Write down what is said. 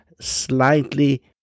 slightly